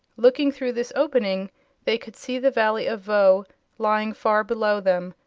looking through this opening they could see the valley of voe lying far below them,